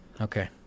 Okay